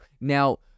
now